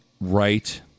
Right